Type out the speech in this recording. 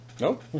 Nope